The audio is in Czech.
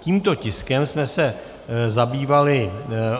Tímto tiskem jsme se zabývali